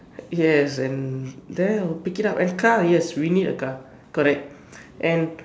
yes and there I'll pick it up and car yes we need a car correct and